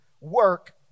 work